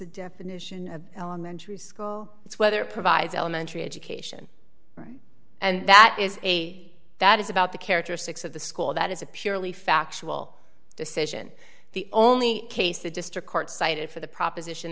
the definition of elementary school it's whether it provides elementary education and that is a that is about the characteristics of the school that is a purely factual decision the only case the district court cited for the proposition